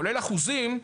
כולל אחוזים,